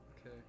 Okay